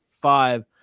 five